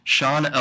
Sean